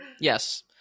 Yes